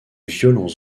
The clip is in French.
violents